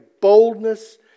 boldness